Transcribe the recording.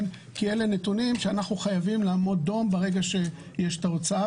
כי אלה נתונים שאנחנו חייבים לעמוד דום ברגע שיש ההוצאה,